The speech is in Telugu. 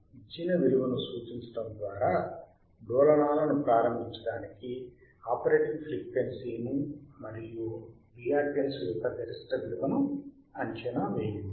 ఇచ్చిన విలువను సూచించడం ద్వారా డోలనాలను ప్రారంభించడానికి ఆపరేటింగ్ ఫ్రీక్వెన్సీని మరియు రియాక్తెన్స్ యొక్క గరిష్ట విలువను అంచనా వేయండి